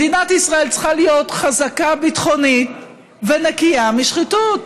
מדינת ישראל צריכה להיות חזקה ביטחונית ונקייה משחיתות.